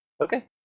okay